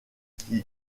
qui